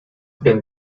been